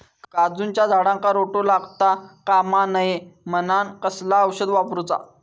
काजूच्या झाडांका रोटो लागता कमा नये म्हनान कसला औषध वापरूचा?